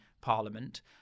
parliament